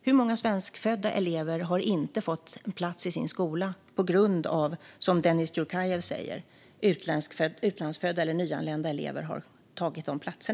Hur många svenskfödda elever har inte fått plats på sin skola på grund av att, som Dennis Dioukarev säger, utlandsfödda eller nyanlända elever har tagit dessa platser?